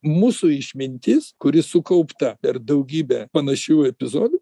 mūsų išmintis kuri sukaupta per daugybę panašių epizodų